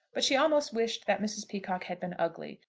but she almost wished that mrs. peacocke had been ugly,